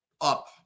up